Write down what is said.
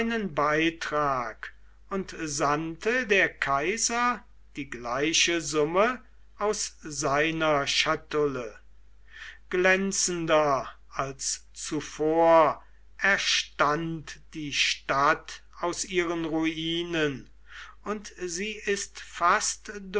beitrag und sandte der kaiser die gleiche summe aus seiner schatulle glänzender als zuvor erstand die stadt aus ihren ruinen und sie ist fast